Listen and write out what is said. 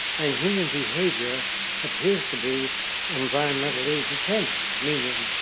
and human behavior appears to be environmentally determined. meaning,